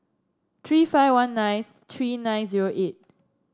three five one nine three nine zero eight